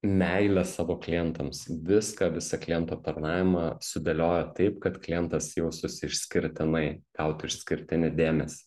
meilę savo klientams viską visą klientų aptarnavimą sudėliojo taip kad klientas jaustųsi išskirtinai gautų išskirtinį dėmesį